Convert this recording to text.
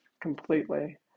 completely